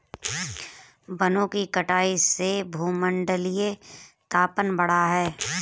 वनों की कटाई से भूमंडलीय तापन बढ़ा है